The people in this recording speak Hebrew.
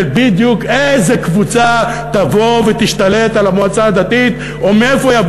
בדיוק איזה קבוצה תבוא ותשתלט על המועצה הדתית או מאיפה יבוא